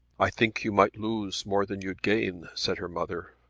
i think you might lose more than you'd gain, said her mother.